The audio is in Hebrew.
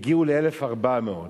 הגיעו ל-1,400.